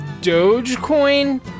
Dogecoin